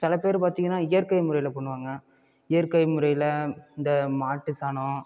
சில பேர் பார்த்திங்கனா இயற்கை முறையில் பண்ணுவாங்க இயற்கை முறையில் இந்த மாட்டு சாணம்